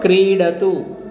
क्रीडतु